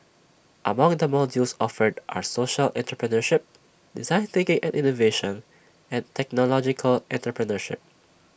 among the modules offered are social entrepreneurship design thinking and innovation and technological entrepreneurship